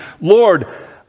Lord